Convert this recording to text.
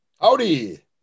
Howdy